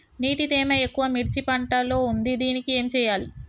నీటి తేమ ఎక్కువ మిర్చి పంట లో ఉంది దీనికి ఏం చేయాలి?